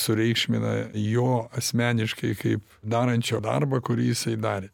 sureikšmina jo asmeniškai kaip darančio darbą kurį jisai darė